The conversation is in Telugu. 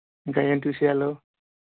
ఇంకా ఏంటి విషయాలు